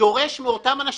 החוק דורש מאותם אנשים,